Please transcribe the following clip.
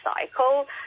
cycle